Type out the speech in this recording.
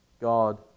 God